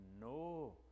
no